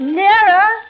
nearer